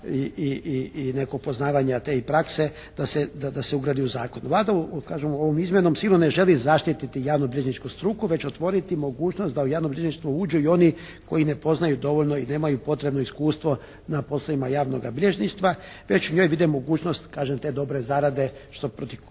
i nekog poznavanja te i prakse da se ugradi u zakon. Vlada kažem ovom izmjenom sigurno ne želi zaštiti javnobilježničku struku već otvoriti mogućnost da u javnobilježništvo uđu i oni koji ne poznaju dovoljno i nemaju potrebo iskustvo na poslovima javnoga bilježništva već vide mogućnost kažem te dobre zarade što, protiv